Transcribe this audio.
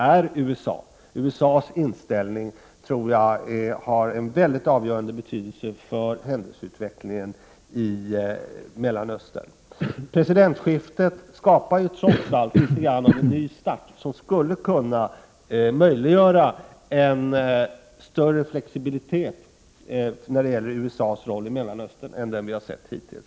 Jag tror att USA:s inställning är av avgörande betydelse för händelseutvecklingen i Mellanöstern. Presidentskiftet skapar trots allt något av en ny start, som skulle kunna möjliggöra en större flexibilitet när det gäller USA:s roll i Mellanöstern än den vi har sett hittills.